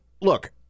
look